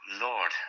Lord